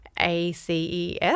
ACES